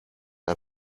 are